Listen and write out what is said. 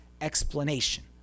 explanation